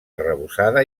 arrebossada